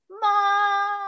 mom